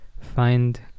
find